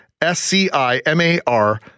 S-C-I-M-A-R